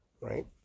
right